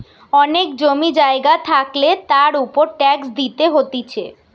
অনেক জমি জায়গা থাকলে তার উপর ট্যাক্স দিতে হতিছে